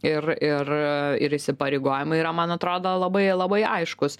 ir ir ir įsipareigojimai yra man atrodo labai labai aiškūs